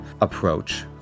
approach